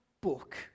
book